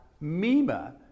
Mima